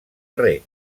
rec